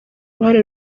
uruhare